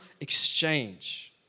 exchange